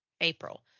April